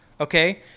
okay